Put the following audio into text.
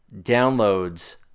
downloads